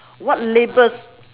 what labels